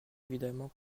évidemment